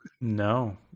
No